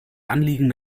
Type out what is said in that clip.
anliegen